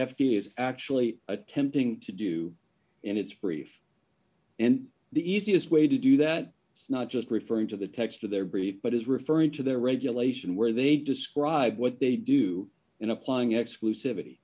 a is actually attempting to do and it's brief and the easiest way to do that it's not just referring to the text of their brief but is referring to the regulation where they describe what they do in applying exclusiv